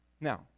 Now